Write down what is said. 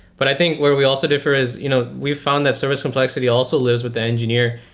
but i think where we also differ is you know we found that service complexity also lives with the engineer,